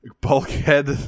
Bulkhead